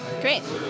Great